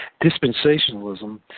Dispensationalism